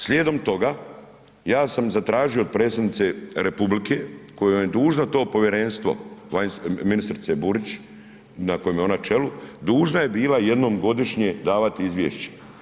Slijedom toga ja sam zatražio od Predsjednice Republike koja je dužna to Povjerenstvo ministrice Burić na kojem je ona čelu, dužna je bila jednom godišnje davati izvješće.